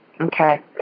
Okay